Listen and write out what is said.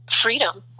freedom